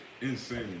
Insane